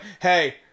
Hey